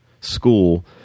school